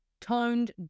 toned